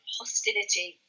hostility